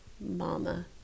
mama